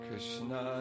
Krishna